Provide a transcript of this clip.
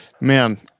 man